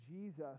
Jesus